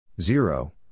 Zero